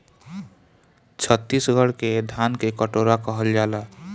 छतीसगढ़ के धान के कटोरा कहल जाला